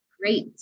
great